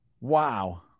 Wow